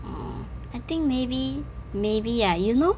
um I think maybe maybe ah you know